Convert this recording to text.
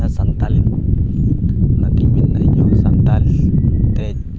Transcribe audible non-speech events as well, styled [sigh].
ᱚᱱᱟ ᱥᱟᱱᱛᱟᱲᱤ [unintelligible] ᱥᱟᱱᱛᱟᱲᱤ ᱛᱮ